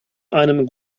einem